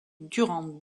durant